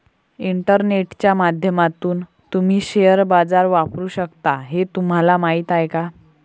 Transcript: इंटरनेटच्या माध्यमातून तुम्ही शेअर बाजार वापरू शकता हे तुम्हाला माहीत आहे का?